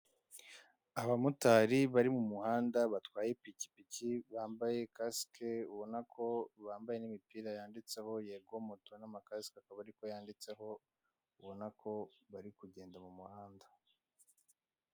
Abamotari bari mu muhanda batwaye ipikipiki bambaye kasike ubona ko bambaye n'imipira yanditseho yegomoto n'amakasike akaba ariko yanditseho ubona ko bari kugenda mu muhanda.